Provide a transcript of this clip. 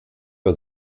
bei